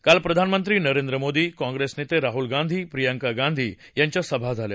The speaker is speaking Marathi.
काल प्रधानमंत्री नरेंद्र मोदी काँग्रेस नेते राहुल गांधी प्रियांका गांधी यांच्या सभा झाल्या